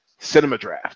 cinemadraft